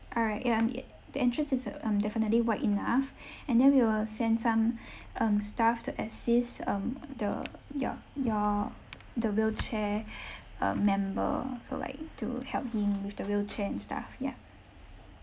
all right ya um ya the entrance is uh um definitely wide enough and then we will send some um staff to assist um the your your the wheelchair uh member so like to help him with the wheelchair and stuff ya